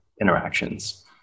interactions